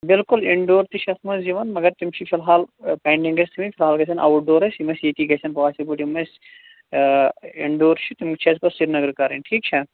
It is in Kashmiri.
بِلکُل اِن ڈور تہِ چھِ اَتھ مَنٛز یِوان مَگر تِم چھِ فِلحال پیٚنڈِنٛگ اَسہِ وۅنۍ فِلحال گَژھان آوُٹ ڈور اَسہِ یِم اَسہِ ییٚتی گَژھان پاسِبٕل یِم اَسہِ آ اِن ڈور چھِ تِم چھِ اَسہِ پَتہٕ سَرِیٖنَگرٕ کَرٕنۍ ٹھیٖک چھا